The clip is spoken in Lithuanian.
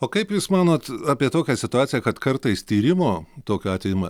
o kaip jūs manot apie tokią situaciją kad kartais tyrimo tokiu atveju ima